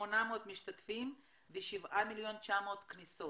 800 משתמשים ו-7.800 מיליון כניסות.